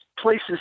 places